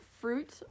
Fruit